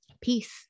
peace